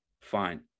fine